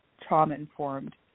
trauma-informed